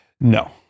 No